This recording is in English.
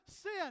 sin